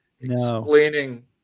explaining